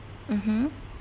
mmhmm